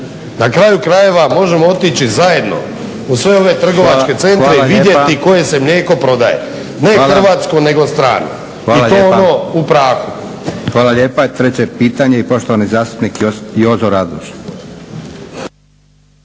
Na kraju krajeva, možemo otići zajedno u sve ove trgovačke centre i vidjeti koje se mlijeko prodaje, ne hrvatsko nego strano i to ono u prahu. **Leko, Josip (SDP)** Hvala lijepa. Treće pitanje i poštovani zastupnik Jozo Radoš.